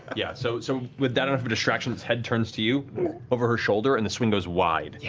yeah. so so with that enough of a distraction, his head turns to you over her shoulder, and the swing goes wide.